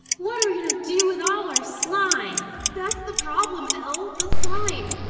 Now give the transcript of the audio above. what are we gonna do with all our slime? that's the problem, elle. the slime,